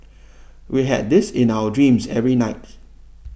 we had this in our dreams every night